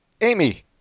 Amy